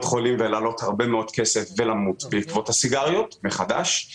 חולים ולעלות הרבה מאוד כסף למדינה ולמות בעקבות עישון הסיגריות שיתחילו